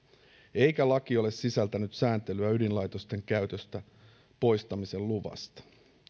eikä laki ole sisältänyt sääntelyä ydinlaitosten käytöstä poistamisen luvasta